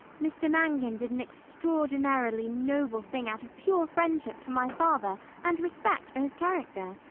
mr mangan did an extraordinarily noble thing out of pure friendship for my father and respect for his character.